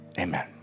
amen